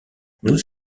nous